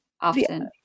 often